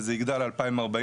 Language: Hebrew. וזה יגדל ל-2040,